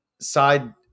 side